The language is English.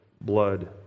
blood